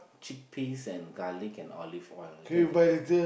chick peas and garlic and olive oil I'll take it